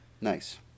Nice